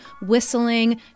whistling